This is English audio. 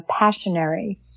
passionary